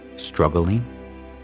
struggling